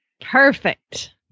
Perfect